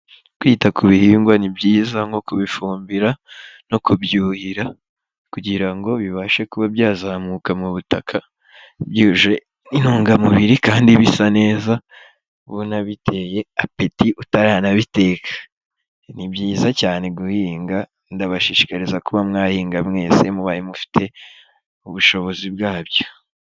Kwita ku bihingwa ni byiza nko kubifumbira no kubyuhira, kugira ngo bibashe kuba byazamuka mu butaka, byuje intungamubiri kandi bisa neza, ubona biteye apeti utaranabiteka. Ni byiza cyane guhinga, ndabashishikariza kuba mwahinga mwese mubaye mufite ubushobozi bwabyo.